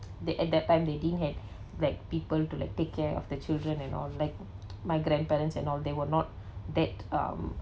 they at that time they didn't had like people to like take care of the children and all like my grandparents and all they were not that um